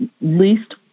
least